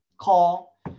call